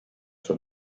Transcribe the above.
for